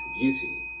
beauty